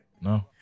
No